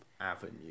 avenue